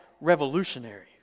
revolutionary